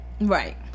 Right